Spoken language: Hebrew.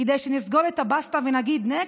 כדי שנסגור את הבסטה ונגיד: נקסט?